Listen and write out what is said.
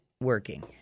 working